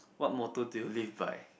what motto do you live by